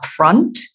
upfront